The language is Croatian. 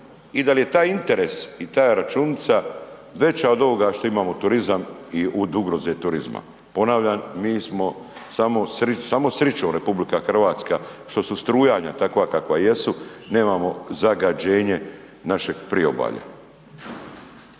i da li je taj interes i ta računica veća od ovoga šta imamo turizam i od ugroze turizma? Ponavljam, mi smo samo srićom RH što su strujanja takva kakva jesu, nemamo zagađenje našeg Priobalja.